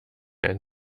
ein